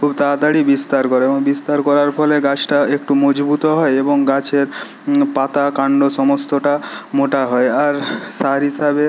খুব তাড়াতাড়ি বিস্তার করে এবং বিস্তার করার ফলে গাছটা একটু মজবুতও হয় এবং গাছের পাতা কাণ্ড সমস্তটা মোটা হয় আর সার হিসাবে